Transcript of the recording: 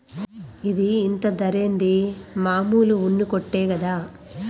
ఇది ఇంత ధరేంది, మామూలు ఉన్ని కోటే కదా